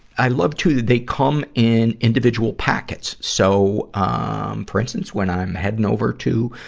i love, too, that they come in individual packets. so, um, for instance, when i'm heading over to,